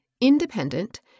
independent